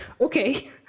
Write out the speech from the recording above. okay